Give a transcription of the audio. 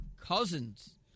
Cousins